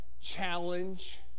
challenge